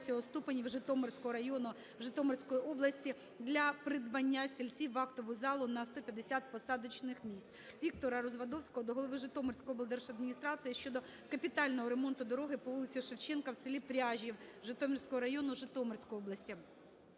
ступенів Житомирського району, Житомирської області для придбання стільців у актову залу на 150 посадочних місць. ВіктораРазвадовського до голови Житомирської облдержадміністрації щодо капітального ремонту дороги по вулиці Шевченка у селі Пряжів Житомирського району Житомирської області.